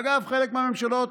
אגב, חלק מהממשלות